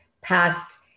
past